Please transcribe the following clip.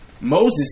Moses